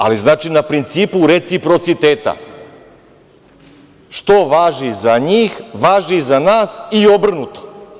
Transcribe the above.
Ali, znači, na principu reciprociteta, što važi za njih, važi i za nas, i obrnuto.